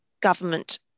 government